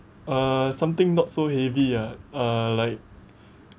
uh something not so heavy ah uh like